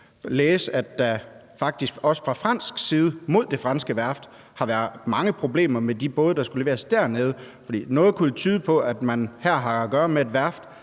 læse, at der faktisk også fra fransk side i forhold til det franske værft har været mange problemer med de både, der skulle leveres dernede? For noget kunne jo tyde på, at man her har at gøre med et værft,